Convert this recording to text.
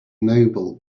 noble